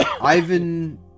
Ivan